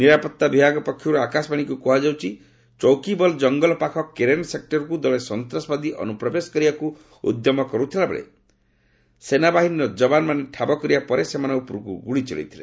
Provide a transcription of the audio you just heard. ନିରାପତ୍ତା ବିଭାଗ ପକ୍ଷରୁ ଆକାଶବାଣୀକୁ କୁହାଯାଇଛି ଚୌକିବଲ ଜଙ୍ଗଲ ପାଖ କେରନ୍ ସେକ୍ଟରକୁ ଦଳେ ସନ୍ତାସବାଦୀ ଅନୁପ୍ରବେଶ କରିବାକୁ ଉଦ୍ୟମ କରୁଥିବା ବେଳେ ସେନାବାହିନୀର ଯବାନମାନେ ଠାବ କରିବା ପରେ ସେମାନଙ୍କ ଉପରକୁ ଗୁଳି ଚଳେଇଥିଲେ